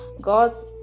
God's